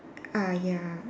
ah ya